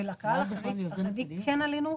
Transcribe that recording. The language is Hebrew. ולקהל החרדי כן עלינו.